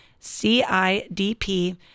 CIDP